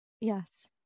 Yes